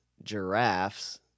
Giraffes